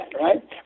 right